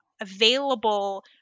available